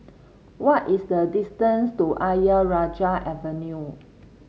what is the distance to Ayer Rajah Avenue